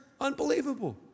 Unbelievable